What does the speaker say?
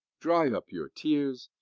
dry up your tears,